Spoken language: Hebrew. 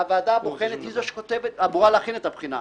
והוועדה הבוחנת היא זאת שאמורה להכין את הבחינה.